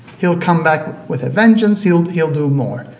he'll come back with a vengeance. he'll he'll do more,